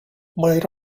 might